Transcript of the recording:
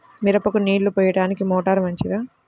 మిరపకు నీళ్ళు పోయడానికి మోటారు మంచిదా?